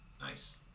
Nice